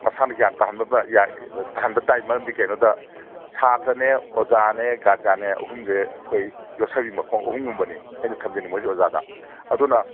ꯃꯁꯥꯅ ꯒ꯭ꯌꯥꯟ ꯇꯥꯍꯟꯕ ꯇꯥꯏ ꯃꯔꯝꯗꯤ ꯀꯩꯅꯣꯗ ꯁꯥꯠꯇ꯭ꯔꯅꯦ ꯑꯣꯖꯥꯅꯦ ꯒꯥꯔꯖꯤꯌꯥꯟꯅꯦ ꯑꯍꯨꯝꯁꯦ ꯑꯩꯈꯣꯏ ꯌꯣꯠꯁꯕꯤ ꯃꯈꯣꯡ ꯑꯍꯨꯝꯒꯨꯝꯕꯅꯤ ꯑꯩꯅ ꯊꯝꯖꯅꯤꯡꯕꯁꯤ ꯑꯣꯖꯥꯗ ꯑꯗꯨꯅ